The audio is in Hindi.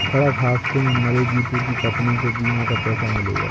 सड़क हादसे में मरे जितू की पत्नी को बीमा का पैसा मिलेगा